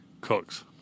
Cooks